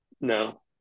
No